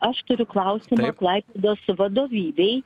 aš turiu klausimą klaipėdos vadovybei